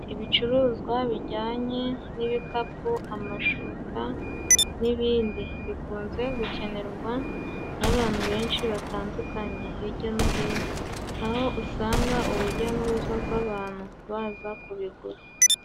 Ibicuruzwa bijyanye n'ibikapu, amashuka n'ibindi bikunze gukenerwa n'abantu benshi batandukanye hijya no hino aho usanga urujya n'uruza rw'abantu baza kubigura.